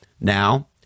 Now